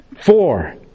Four